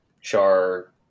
Char